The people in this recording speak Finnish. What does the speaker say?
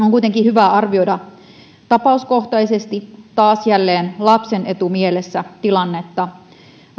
on kuitenkin hyvä arvioida tapauskohtaisesti taas jälleen lapsen etu mielessä tilannetta